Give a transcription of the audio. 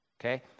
okay